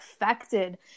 affected